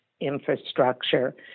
infrastructure